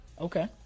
Okay